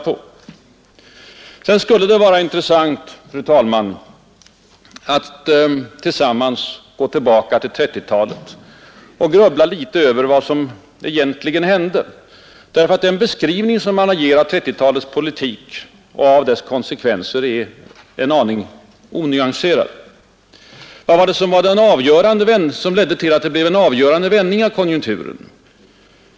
Sedan kan det vara intressant, fru talman, att gå tillbaka till 1930-talet och grubbla över vad som egentligen hände. Den beskrivning som man gör av 1930-talets politik och dess konsekvenser är nämligen ofta alltför onyanserad. Vad var det som ledde till att det då blev en avgörande vändning i konjunkturen?